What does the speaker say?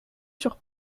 sur